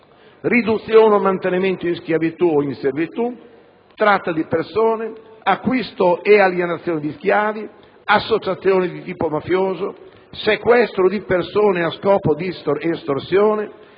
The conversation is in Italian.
riduzione o mantenimento in schiavitù o in servitù; tratta di persone; acquisto e alienazione di schiavi; associazione di tipo mafioso; sequestro di persone a scopo di estorsione;